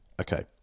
Okay